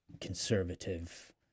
conservative